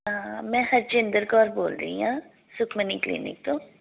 ਮੈਂ ਹਰਜਿੰਦਰ ਕੌਰ ਬੋਲ ਰਹੀ ਹਾਂ ਸੁਖਮਨੀ ਕਲੀਨਿਕ ਤੋਂ